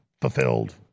fulfilled